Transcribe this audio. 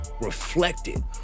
reflected